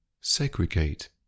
segregate